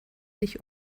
sich